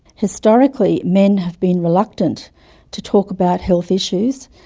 historically, men have been reluctant to talk about health issues,